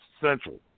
Central